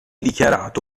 dichiarato